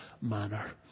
manner